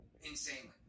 insanely